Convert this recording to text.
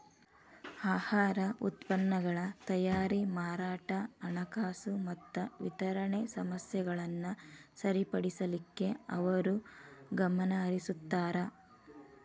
ಆಹಾರ ಉತ್ಪನ್ನಗಳ ತಯಾರಿ ಮಾರಾಟ ಹಣಕಾಸು ಮತ್ತ ವಿತರಣೆ ಸಮಸ್ಯೆಗಳನ್ನ ಸರಿಪಡಿಸಲಿಕ್ಕೆ ಅವರು ಗಮನಹರಿಸುತ್ತಾರ